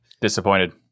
Disappointed